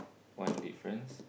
one difference